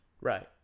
Right